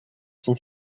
son